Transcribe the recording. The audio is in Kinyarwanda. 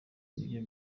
nibyo